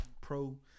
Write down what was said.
Pro